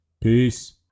Peace